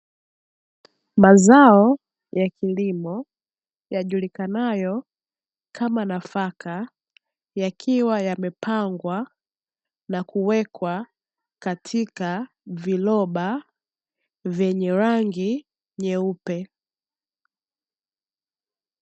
Mazao ya kilimo, yajulikanayo kama nafaka, yakiwa yamepangwa na kuwekwa katika viroba vyenye rangi nyeupe.